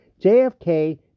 JFK